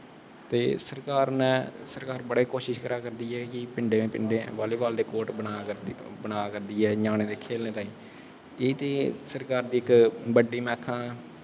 ते सरकार ने सरकार बड़ी कोशश करा करदी ऐ केईं पिंडैं पिंडैं बॉली बॉल दे कोट बना करदी ऐ ञ्यानें दे खेलने ताहीं एह् ते सरकार दी बड्डी में आक्खां